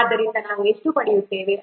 ಆದ್ದರಿಂದ ನಾವು ಎಷ್ಟು ಪಡೆಯುತ್ತೇವೆ